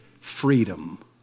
freedom